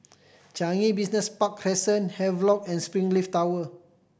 Changi Business Park Crescent Havelock and Springleaf Tower